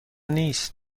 نیست